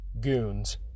Goons